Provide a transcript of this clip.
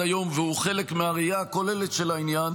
היום והוא חלק מהראייה הכוללת של העניין.